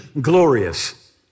glorious